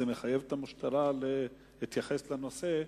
זה מחייב את המשטרה להתייחס לנושא.